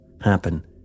happen